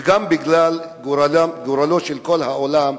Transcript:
וגם מגורלו של כל העולם,